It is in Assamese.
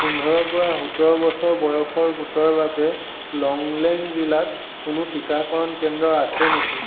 পোন্ধৰ পৰা সোতৰ বছৰ বয়সৰ গোটৰ বাবে লংলেং জিলাত কোনো টিকাকৰণ কেন্দ্ৰ আছে নেকি